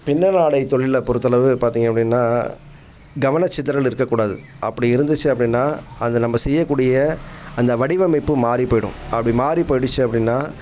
பின்னலாடைத் தொழில பொறுத்தளவு பார்த்திங்க அப்படின்னா கவனச்சிதறல் இருக்கக்கூடாது அப்படி இருந்துச்சு அப்படின்னா அது நம்ம செய்யக்கூடிய அந்த வடிவமைப்பு மாறிப் போயிடும் அப்படி மாறிப் போயிடுச்சு அப்படின்னா